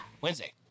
Wednesday